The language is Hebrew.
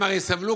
הם הרי סבלו,